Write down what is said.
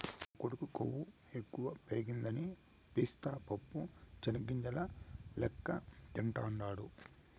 మా కొడుకు కొవ్వు ఎక్కువ పెరగదని పిస్తా పప్పు చెనిగ్గింజల లెక్క తింటాండాడు